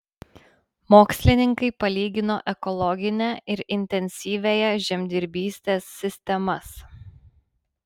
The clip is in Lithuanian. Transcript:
mokslininkai palygino ekologinę ir intensyviąją žemdirbystės sistemas